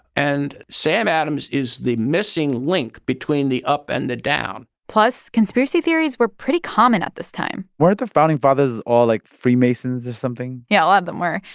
and sam adams is the missing link between the up and the down plus, conspiracy theories were pretty common at this time weren't the founding fathers all, like, freemasons or something? yeah, a lot of them were.